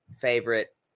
Favorite